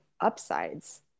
upsides